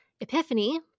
Epiphany